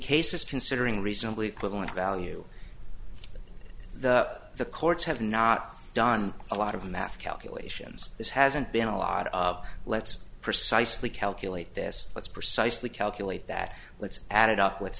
cases considering reasonably quick going to value the the courts have not done a lot of math calculations this hasn't been a lot of let's precisely calculate this let's precisely calculate that let's add it up with